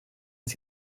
sie